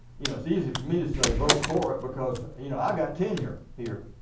you know it's easy for me to say vote for it because you know i got tenure here.